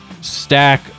stack